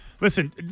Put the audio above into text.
Listen